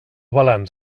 balanç